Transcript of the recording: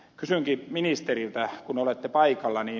kysynkin ministeriltä kun olette paikalla